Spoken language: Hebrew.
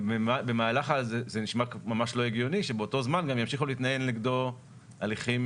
זה נשמע ממש לא הגיוני שבאותו זמן גם ימשיכו להתנהל נגדו הליכים